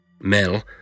Mel